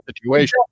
situation